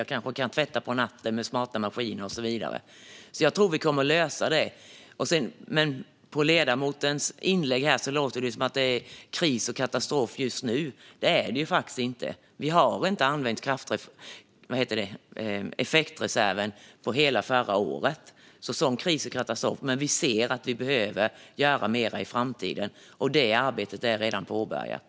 Man kanske kan tvätta på natten med smarta maskiner och så vidare. Jag tror att vi kommer att lösa det. På ledamotens inlägg låter det som att det är kris och katastrof just nu. Det är det inte. Vi använde inte effektreserven på hela förra året. Sådan kris och katastrof är det inte. Men vi ser att vi behöver göra mer i framtiden, och det arbetet är redan påbörjat.